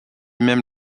même